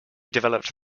developed